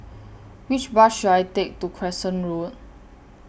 Which Bus should I Take to Crescent Road